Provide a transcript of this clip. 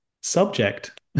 subject